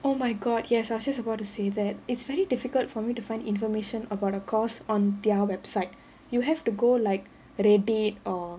oh my god yes I was just about to say that it's very difficult for me to find information about a course on their website you have to go like Reddit or